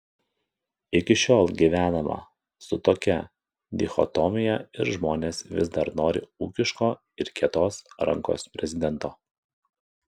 iki šiol gyvenama su tokia dichotomija ir žmonės vis dar nori ūkiško ir kietos rankos prezidento